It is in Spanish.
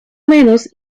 menos